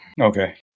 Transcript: Okay